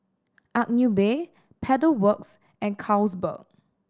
Agnes B Pedal Works and Carlsberg